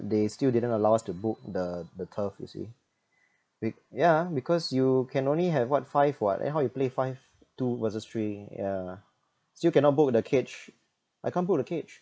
they still didn't allow us to book the the turf you see we yeah because you can only have what five [what] then how you play five two versus three yeah still cannot book the cage I can't book the cage